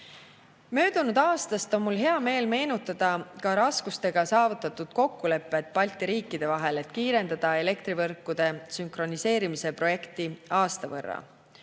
Möödunud aastast on mul hea meel meenutada ka raskustega saavutatud kokkulepet Balti riikide vahel, et kiirendada elektrivõrkude sünkroniseerimise projekti aasta võrra.